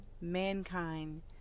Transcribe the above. mankind